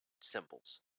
symbols